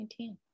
2019